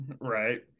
right